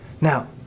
Now